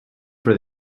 for